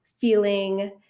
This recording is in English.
feeling